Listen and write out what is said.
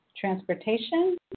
transportation